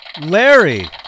Larry